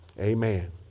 Amen